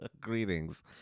greetings